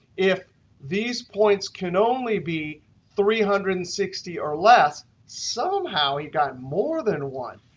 if these points can only be three hundred and sixty or less, somehow, he got more than one.